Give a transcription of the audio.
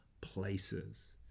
places